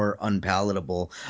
unpalatable